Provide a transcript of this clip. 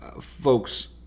folks